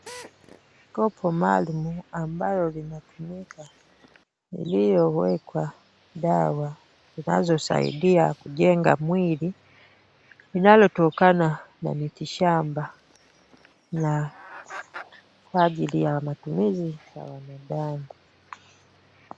Kopo maalumu ambalo linatumika liliowekwa dawa ambazo husaidia kujenga mwili linalotokana na miti shamba na kwa ajili ya matumizi ya wanadamu.